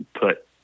put